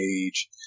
age